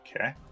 Okay